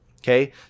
Okay